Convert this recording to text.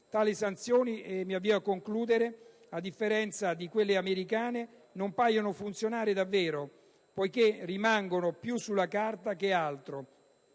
tali sanzioni, a differenza di quelle americane, non paiono funzionare davvero poiché rimangono più sulla carta che altro,